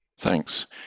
Thanks